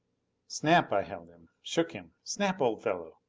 snap! i held him. shook him. snap, old fellow!